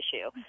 issue